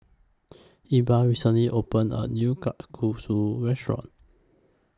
Ebba recently opened A New Kalguksu Restaurant